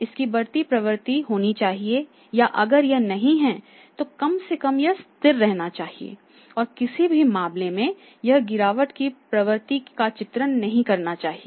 इसकी बढ़ती प्रवृत्ति होनी चाहिए या अगर यह नहीं है तो कम से कम यह स्थिर रहना चाहिए और किसी भी मामले में यह गिरावट की प्रवृत्ति का चित्रण नहीं करना चाहिए